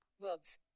verbs